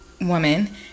woman